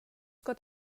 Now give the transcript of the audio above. got